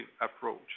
approach